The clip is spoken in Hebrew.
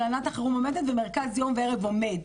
הלנת החירום עומדת ומרכז יום וערב עומד.